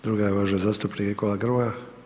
Druga je uvaženi zastupnik Nikola Grmoja.